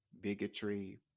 bigotry